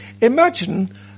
Imagine